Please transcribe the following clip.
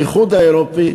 האיחוד האירופי